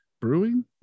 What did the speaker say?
Brewing